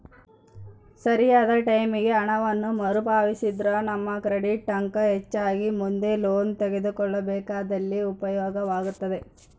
ಸರಿಯಾದ ಟೈಮಿಗೆ ಹಣವನ್ನು ಮರುಪಾವತಿಸಿದ್ರ ನಮ್ಮ ಕ್ರೆಡಿಟ್ ಅಂಕ ಹೆಚ್ಚಾಗಿ ಮುಂದೆ ಲೋನ್ ತೆಗೆದುಕೊಳ್ಳಬೇಕಾದಲ್ಲಿ ಉಪಯೋಗವಾಗುತ್ತದೆ